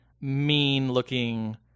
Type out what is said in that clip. mean-looking